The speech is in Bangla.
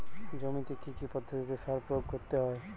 জমিতে কী কী পদ্ধতিতে সার প্রয়োগ করতে হয়?